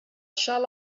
shall